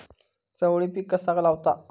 चवळी पीक कसा लावचा?